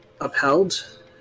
upheld